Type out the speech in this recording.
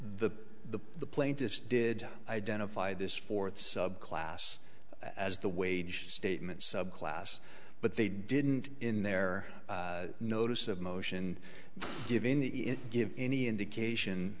the the the plaintiffs did identify this fourth subclass as the wage statement subclass but they didn't in their notice of motion given give any indication